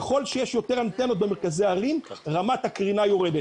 ככל שיש יותר אנטנות במרכזי ערים רמת הקרינה יורדת.